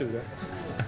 (הצגת סרטון).